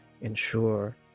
ensure